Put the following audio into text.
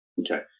Okay